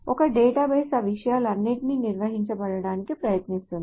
ఒక డేటాబేస్ ఆ విషయాలన్నింటినీ నిర్వహించడానికి ప్రయత్నిస్తుంది